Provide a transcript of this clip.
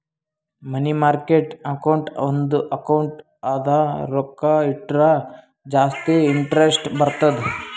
ಮನಿ market account ಒಂದ್ account ಅದ ರೊಕ್ಕಾ ಇಟ್ಟುರ ಜಾಸ್ತಿ ಇಂಟರೆಸ್ಟ್ ಬರ್ತುದ್